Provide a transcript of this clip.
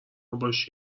ﺧﻮﺭﺩﯾﻢ